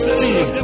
team